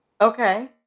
okay